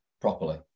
properly